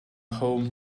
home